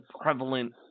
prevalent